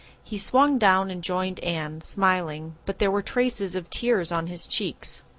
he swung down and joined anne, smiling but there were traces of tears on his cheeks.